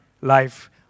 life